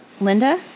Linda